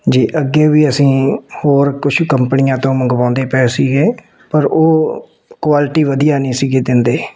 ਜੀ ਅੱਗੇ ਵੀ ਅਸੀਂ ਹੋਰ ਕੁਛ ਕੰਪਨੀਆਂ ਤੋਂ ਮੰਗਵਾਉਂਦੇ ਪਏ ਸੀਗੇ ਪਰ ਉਹ ਕੁਆਲਿਟੀ ਵਧੀਆ ਨਹੀਂ ਸੀ ਦਿੰਦੇ